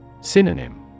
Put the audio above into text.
Synonym